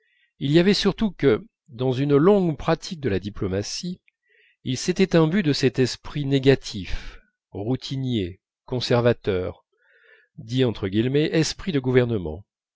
il y avait surtout que dans une longue pratique de la diplomatie il s'était imbu de cet esprit négatif routinier conservateur dit esprit de gouvernement